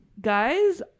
Guys